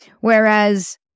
Whereas